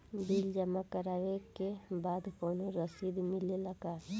Bill जमा करवले के बाद कौनो रसिद मिले ला का?